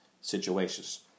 situations